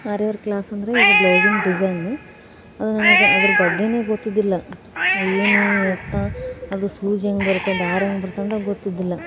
ಅರಿ work class ಅಂದರೆ ಈಗ ಬ್ಲೌಸಿಂದು ಡಿಸೈನ್ ಅದು ನನಗೆ ಅದ್ರ ಬಗ್ಗೆನೇ ಗೊತ್ತಿದ್ದಿಲ್ಲ ಏನು ಎತ್ತ ಅದು ಸೂಜಿ ಹೇಗೆ ಬರುತ್ತೆ ದಾರ ಹೇಗೆ ಬರುತ್ತೆ ಅಂತ ಗೊತ್ತಿದ್ದಿಲ್ಲ